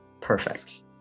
Perfect